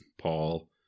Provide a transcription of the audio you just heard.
Paul